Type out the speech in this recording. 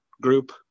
group